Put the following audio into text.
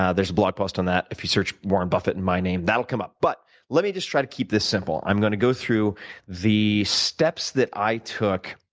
ah there's a blog post on that. if you search warren buffet and my name, that will come up. but let me just try and keep this simple. i'm going to go through the steps that i took